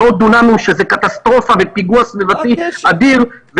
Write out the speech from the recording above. מאות דונמים שזה קטסטרופה ופיגוע סביבתי אדיר,